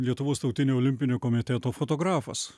lietuvos tautinio olimpinio komiteto fotografas